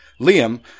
Liam